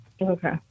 Okay